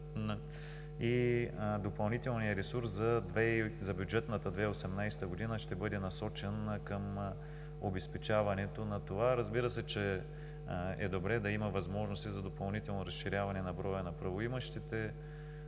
Допълнителният ресурс за бюджетната 2018 г. ще бъде насочен към обезпечаването на това. Разбира се, че е добре да има възможност и за допълнително разширяване на броя на правоимащите.